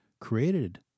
created